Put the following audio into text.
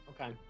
okay